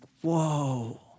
whoa